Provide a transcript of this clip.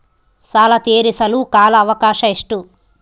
ಸಾಲ ತೇರಿಸಲು ಕಾಲ ಅವಕಾಶ ಎಷ್ಟು?